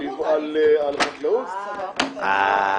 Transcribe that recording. הצבעה.